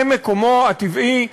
זה מקומו הטבעי,